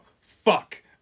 fuck